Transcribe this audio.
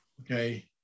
Okay